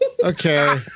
Okay